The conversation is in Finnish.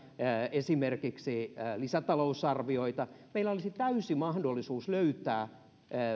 esimerkiksi lisätalousarvioita meillä olisi täysi mahdollisuus löytää